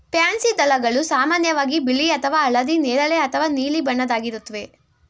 pansy ದಳಗಳು ಸಾಮಾನ್ಯವಾಗಿ ಬಿಳಿ ಅಥವಾ ಹಳದಿ ನೇರಳೆ ಅಥವಾ ನೀಲಿ ಬಣ್ಣದ್ದಾಗಿರುತ್ವೆ